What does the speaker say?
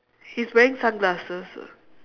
he's wearing sunglasses ah